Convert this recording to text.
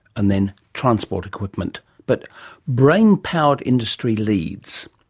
and then transport equipment. but brain-powered industry leads.